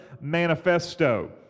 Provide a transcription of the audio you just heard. Manifesto